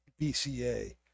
BCA